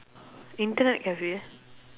internet cafe